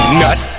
nut